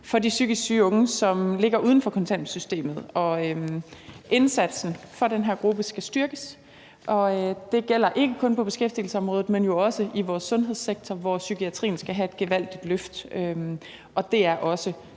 for de psykisk syge unge, som ligger uden for kontanthjælpssystemet. Indsatsen for den her gruppe skal styrkes, og det gælder ikke kun på beskæftigelsesområdet, men jo også i vores sundhedssektor, hvor psykiatrien skal have et gevaldigt løft.